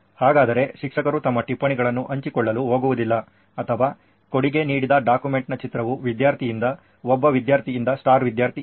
ಹಾಗಾದರೆ ಶಿಕ್ಷಕರು ತಮ್ಮ ಟಿಪ್ಪಣಿಯನ್ನು ಹಂಚಿಕೊಳ್ಳಲು ಹೋಗುವುದಿಲ್ಲ ಅಥವಾ ಕೊಡುಗೆ ನೀಡಿದ ಡಾಕ್ಯುಮೆಂಟ್ನ ಚಿತ್ರವು ವಿದ್ಯಾರ್ಥಿಯಿಂದ ಒಬ್ಬ ವಿದ್ಯಾರ್ಥಿಯಿಂದ ಸ್ಟಾರ್ ವಿದ್ಯಾರ್ಥಿಯಿಂದ